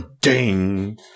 ding